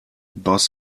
baust